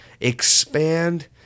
Expand